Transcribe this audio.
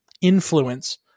influence